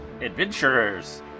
Adventurers